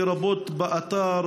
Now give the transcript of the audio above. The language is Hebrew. לרבות באתר,